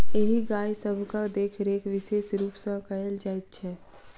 एहि गाय सभक देखरेख विशेष रूप सॅ कयल जाइत छै